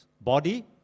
Body